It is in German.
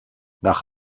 nach